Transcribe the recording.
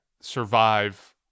survive